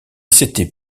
c’était